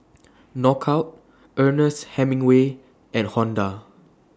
Knockout Ernest Hemingway and Honda